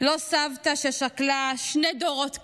לא סבתא ששכלה שני דורות קדימה,